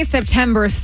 September